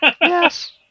Yes